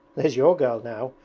there's your girl now,